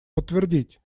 подтвердить